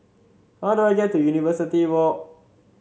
how do I get to University Walk